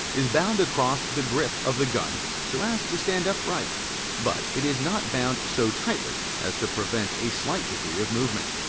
is bound across the grip of the gun so as to stand upright but it is not bound so tightly as to prevent a slight degree of movement.